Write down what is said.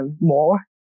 more